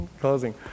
closing